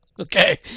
okay